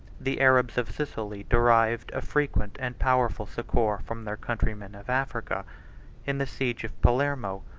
the arabs of sicily derived a frequent and powerful succor from their countrymen of africa in the siege of palermo,